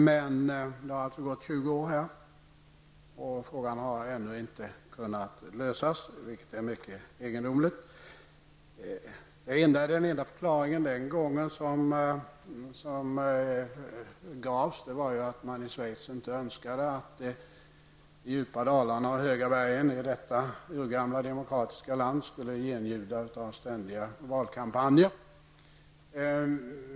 Det har alltså gått 20 år, och frågan har ännu inte kunnat lösas, vilket är mycket egendomligt. Den enda förklaring som gavs den gången var att man i Schweiz inte önskade att de djupa dalarna och höga bergen i denna urgamla demokrati skulle genljuda av ständiga valkampanjer.